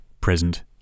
present